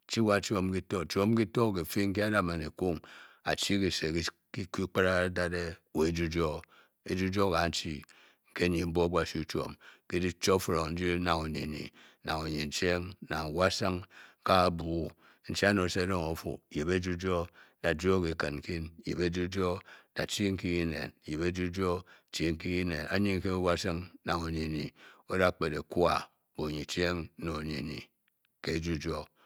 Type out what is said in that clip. Chi wa chuom ketor chom ketor ke fe nke para mani kung achi nese ne kuu ekara dad eh wa ejiyur a yijur kane gandu whe nye mbob kasu chom le latefun nde na oyeye oyecheng wa wasong nga obiu nchan ofu oyep age jor tar jor ke kel nken yep aji jor ta chi nken yep ajiyor chikere anyen nte wasong na oiye ye otler pkele kwa oyeye ke ejiyow.